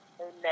Amen